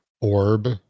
orb